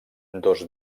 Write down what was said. dos